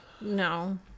no